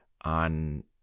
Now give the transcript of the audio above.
on